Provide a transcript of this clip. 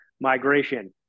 migration